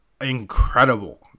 incredible